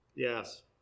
Yes